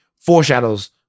foreshadows